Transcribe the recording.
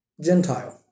Gentile